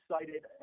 excited